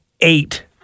Eight